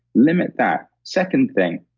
limit that second thing,